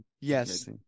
Yes